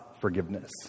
forgiveness